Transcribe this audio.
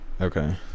Okay